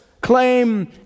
claim